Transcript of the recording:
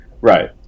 Right